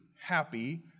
happy